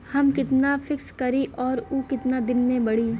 हम कितना फिक्स करी और ऊ कितना दिन में बड़ी?